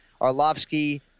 Arlovsky